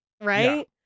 right